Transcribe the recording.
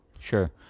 Sure